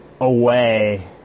away